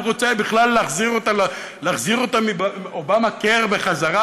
רוצה בכלל להחזיר את אובמה-קר בחזרה,